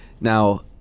Now